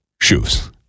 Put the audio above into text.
Shoes